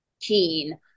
keen